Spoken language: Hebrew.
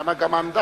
שם גם האנדרטה.